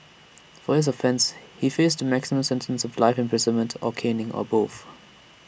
for his offence he faced A maximum sentence of life imprisonment or caning or both